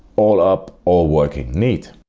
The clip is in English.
all up, all working. neat.